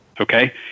okay